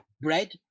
bread